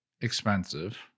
expensive